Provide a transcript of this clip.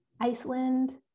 Iceland